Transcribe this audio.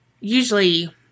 usually